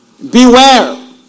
Beware